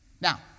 Now